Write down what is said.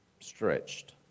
stretched